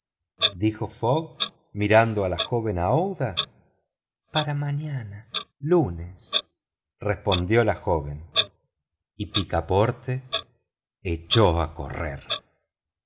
dijo fogg mirando a la joven aouida para mañana lunes respondió la joven y picaporte echó a correr